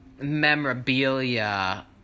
memorabilia